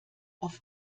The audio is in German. auf